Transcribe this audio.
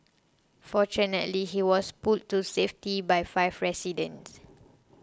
fortunately he was pulled to safety by five residents